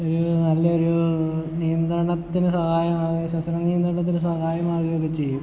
ഒരു നല്ലൊരു നിയന്ത്രണത്തിന് സഹായമാകുകയും ശ്വസന നിയന്ത്രണത്തിന് സഹായം ആകുകയും ഒക്കെ ചെയ്യും